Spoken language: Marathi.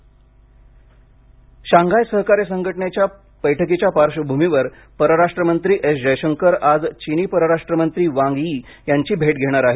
शांघाय सहकार्य संघटना शांघाय सहकार्य संघटनेच्या बैठकीच्या पार्श्वभूमीवर परराष्ट्रमंत्री एस जयशंकर आज चिनी परराष्ट्रमंत्री वांग यी यांची भेट घेणार आहेत